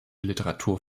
literatur